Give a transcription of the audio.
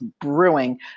brewing